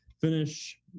finish